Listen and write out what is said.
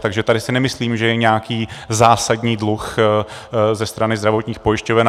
Takže tady si nemyslím, že je nějaký zásadní dluh ze strany zdravotních pojišťoven.